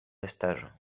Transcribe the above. estaĵo